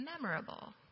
memorable